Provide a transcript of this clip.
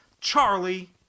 charlie